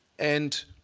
and